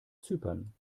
zypern